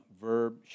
verb